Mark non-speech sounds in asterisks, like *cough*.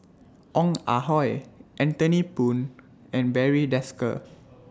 Ong Ah Hoi Anthony Poon and Barry Desker *noise*